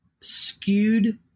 skewed